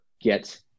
get